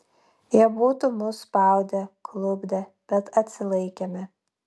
jie būtų mus spaudę klupdę bet atsilaikėme